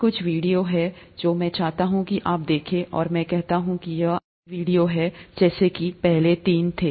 कुछ वीडियो हैं जो मैं चाहता हूँ की आप देखे और मैं कहता हूं कि ये आवश्यक वीडियो हैं जैसे कि पहले तीन थे